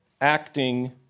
acting